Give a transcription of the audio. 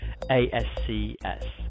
ASCS